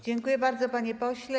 Dziękuję bardzo, panie pośle.